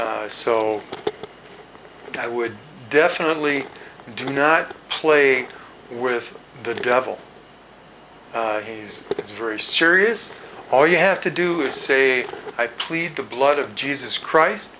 so i would definitely do not play with the devil rays it's very serious all you have to do is say i plead the blood of jesus christ